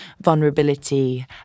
vulnerability